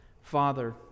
Father